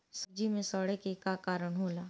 सब्जी में सड़े के का कारण होला?